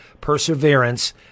Perseverance